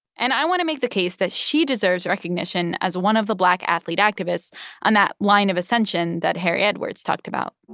and i want to make the case that she deserves recognition as one of the black athlete activists on that line of ascension that harry edwards talked about